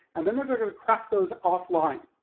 and then they're they're gonna crack those offline.